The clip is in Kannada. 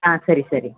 ಹಾಂ ಸರಿ ಸರಿ